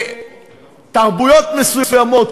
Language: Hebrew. בתרבויות מסוימות,